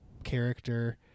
character